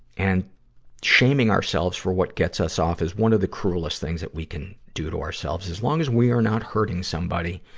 and shaming ourselves for what gets us off is one of the cruelest things that we can do to ourselves. as long as we are not hurting somebody,